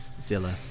Zilla